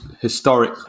historic